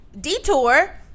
Detour